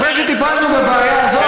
גם מפלגת העבודה.